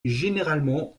généralement